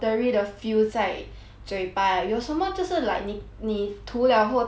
嘴巴有什么就是 like 你你涂 liao 后他不会 like 很 shiny ah